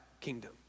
kingdom